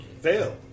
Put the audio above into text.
fail